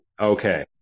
Okay